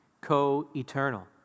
co-eternal